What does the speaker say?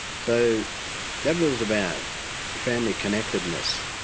so that was about family connectedness,